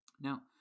Now